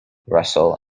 russell